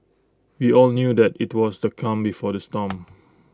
we all knew that IT was the calm before the storm